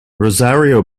rosario